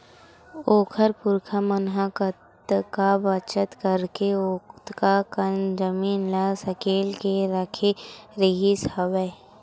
ओखर पुरखा मन ह कतका बचत करके ओतका कन जमीन ल सकेल के रखे रिहिस हवय